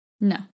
No